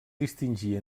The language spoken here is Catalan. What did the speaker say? distingir